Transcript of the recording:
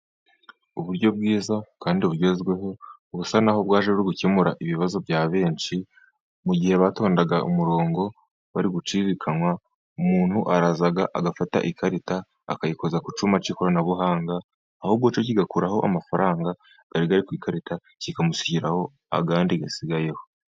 Uburyo bwiza kandi bugezweho busa naho bwaje buri gukemura ibibazo bya benshi mu gihe batondaga umurongo bari gucirikanwa, umuntu araza agafata ikarita akayikoza ku cyuma cy'ikoranabuhanga ahubwo gucyo kigakuraho amafaranga aba ari kw'ikakarita kikamusigiraho ayandi asigayeho.